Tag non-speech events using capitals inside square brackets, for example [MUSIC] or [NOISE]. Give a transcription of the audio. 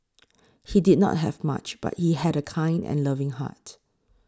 [NOISE] he did not have much but he had a kind and loving heart